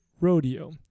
Rodeo